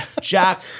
Jack